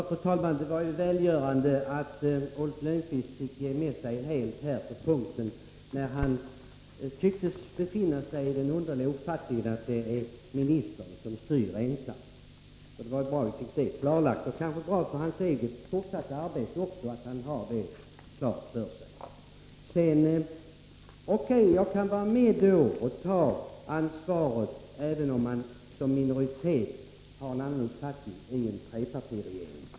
Fru talman! Det var ju välgörande att Ulf Lönnqvist fick ge med sig helt i fråga om den underliga uppfattning han tycktes ha om att det är ministern ensam som styr. Det var bra att vi fick det klarlagt. Det är kanske också bra för hans eget fortsatta arbete att han har det klart för sig. O. K. — jag kan vara med och ta ansvaret, även om vi som tillhörde en minoritet hade en annan uppfattning i trepartiregeringen.